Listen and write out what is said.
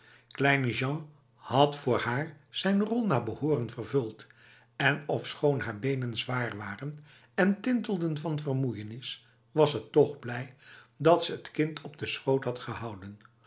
had voor haar zijn rol naar behoren vervuld en ofschoon haar benen zwaar waren en tintelden van vermoeienis was ze toch blij dat ze t kind op de schoot had gehouden